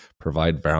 provide